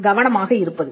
கவனமாக இருப்பது